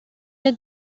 den